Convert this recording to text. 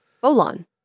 bolon